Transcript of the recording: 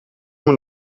moet